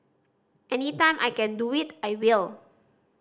any time I can do it I will